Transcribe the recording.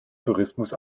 tourismus